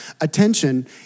attention